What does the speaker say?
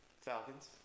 Falcons